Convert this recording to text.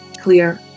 clear